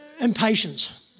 impatience